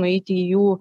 nueiti į jų